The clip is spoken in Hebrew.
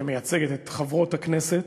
שמייצגת את חברות הכנסת.